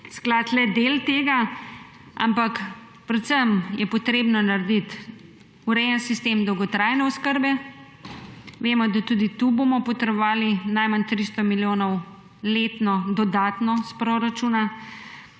sklad le del tega, ampak predvsem je potrebno narediti urejen sistem dolgotrajne oskrbe. Vemo, da bomo tudi tukaj potrebovali najmanj 300 milijonov letno dodatno s proračuna,